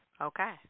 Okay